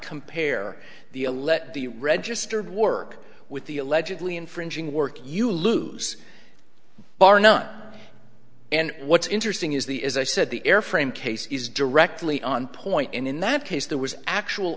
compare the a let the registered work with the allegedly infringing work you lose bar none and what's interesting is the as i said the airframe case is directly on point and in that case there was actual